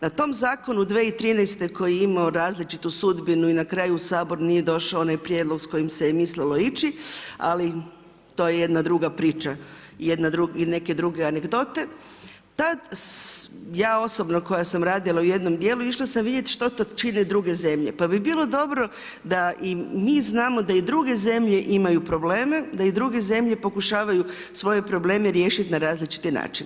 Na tom zakonu 2013. koji je imao različitu sudbinu i na kraju u Sabor nije došao onaj prijedlog s kojim se je mislilo ići, ali to je jedna druga priča i neke druge anegdote, tad ja osobno koja sam radila u jednom dijelu išla sam vidjeti što to čine druge zemlje, pa bi bilo dobro da i mi znamo da i druge zemlje imaju probleme, da i druge zemlje pokušavaju svoje probleme riješiti na različite načine.